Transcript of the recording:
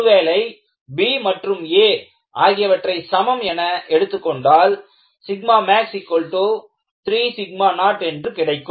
ஒருவேளை b மற்றும் a ஆகியவற்றை சமம் என எடுத்துக்கொண்டால் max30 என்று கிடைக்கும்